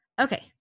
Okay